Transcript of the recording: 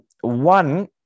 One